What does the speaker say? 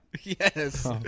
Yes